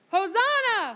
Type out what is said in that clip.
Hosanna